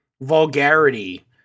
vulgarity